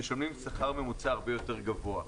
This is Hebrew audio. משלמים שכר ממוצע הרבה יותר גבוה.